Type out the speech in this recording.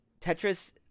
Tetris